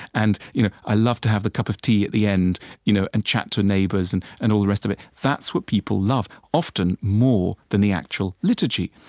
and you know i love to have a cup of tea at the end you know and chat to neighbors, and and all the rest of it. that's what people love often more than the actual liturgy,